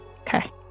Okay